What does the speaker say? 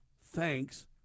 Thanks